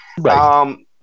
Right